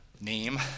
name